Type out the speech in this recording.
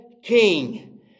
king